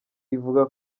ivuga